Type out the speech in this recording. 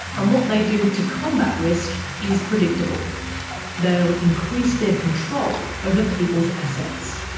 and what they do to combat risk is predictable they'll increase their control over people's assets.